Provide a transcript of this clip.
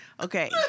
okay